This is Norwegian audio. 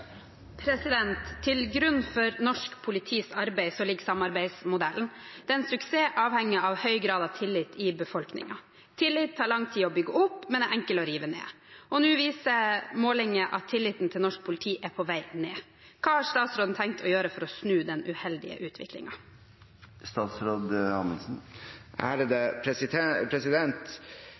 grunn for norsk politis arbeid, ligger samarbeidsmodellen. Dens suksess avhenger av en høy grad av tillit i befolkningen. Tillit tar lang tid å bygge opp, men er enkel å rive ned. Nå viser målinger at tilliten til norsk politi er på vei ned. Hva har statsråden tenkt å gjøre for å snu den uheldige